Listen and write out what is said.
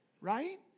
right